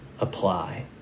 apply